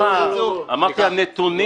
אמרתי שהנתונים